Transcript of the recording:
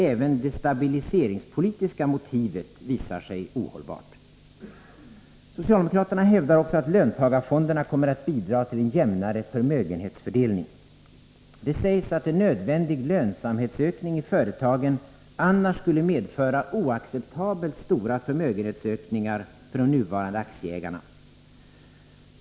Även det stabiliseringspolitiska motivet för fonderna visar sig således ohållbart. Socialdemokraterna hävdar också att löntagarfonderna kommer att bidra till en jämnare förmögenhetsfördelning. Det sägs att en nödvändig lönsamhetsökning i företagen annars skulle medföra oacceptabelt stora förmögenhetsökningar för nuvarande aktieägare.